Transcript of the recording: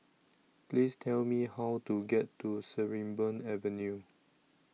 Please Tell Me How to get to Sarimbun Avenue